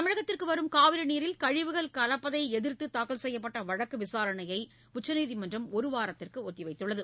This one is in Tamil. தமிழகத்திற்கு வரும் காவிரி நீரில் கழிவுகள் கலப்பதை எதிர்த்து தாக்கல் செய்யப்பட்ட வழக்கு விசாரணையை உச்சநீதிமன்றம் ஒருவாரத்திற்கு ஒத்தி வைத்துள்ளது